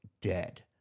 dead